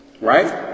right